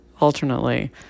alternately